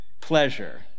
pleasure